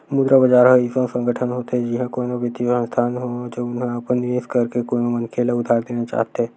मुद्रा बजार ह अइसन संगठन होथे जिहाँ कोनो बित्तीय संस्थान हो, जउन ह अपन निवेस करके कोनो मनखे ल उधार देना चाहथे